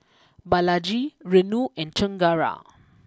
Balaji Renu and Chengara